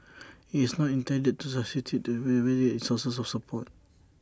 IT is not intended to substitute sources of support